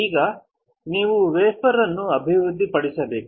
ಈಗ ನೀವು ವೇಫರ್ ಅನ್ನು ಅಭಿವೃದ್ಧಿಪಡಿಸಬೇಕು